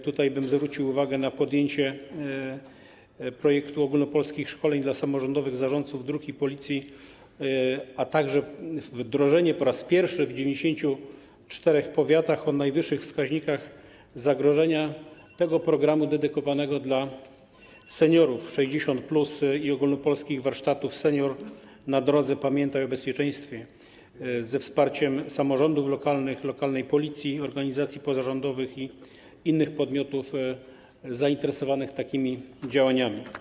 Tutaj zwróciłbym uwagę na podjęcie realizacji projektu dotyczącego ogólnopolskich szkoleń dla samorządowych zarządców dróg i Policji, a także na wdrożenie po raz pierwszy w 94 powiatach o najwyższych wskaźnikach zagrożenia programu dedykowanego dla seniorów 60+ i ogólnopolskich warsztatów „Senior na drodze - pamiętaj o bezpieczeństwie” przy wsparciu samorządów lokalnych, lokalnej Policji, organizacji pozarządowych i innych podmiotów zainteresowanych takimi działaniami.